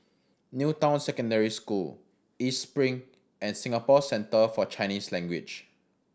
New Town Secondary School East Spring and Singapore Centre For Chinese Language